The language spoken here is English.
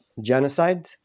genocide